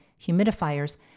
humidifiers